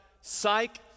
Psych